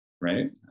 right